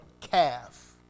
calf